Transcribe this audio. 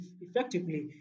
effectively